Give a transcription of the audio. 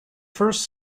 first